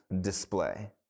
display